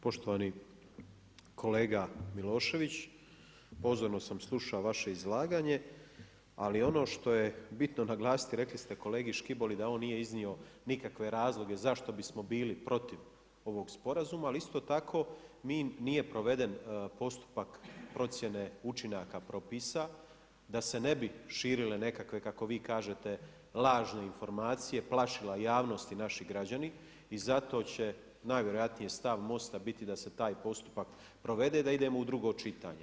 Poštovani kolega Milošević, pozorno sam slušao vaše izlaganje, ali ono što je bitno naglasiti, rekli ste kolegi Škiboli da on nije iznio nikakve razloge zašto bismo bili protiv ovog sporazuma, ali isto tako, nije proveden postupak procjene učinaka propisa da se ne bi širile nekakve, kako vi kažete lažne informacije, plašila javnost i naši građani i zato će najvjerojatnije stav MOST-a biti da se taj postupak provede da idemo u drugo čitanje.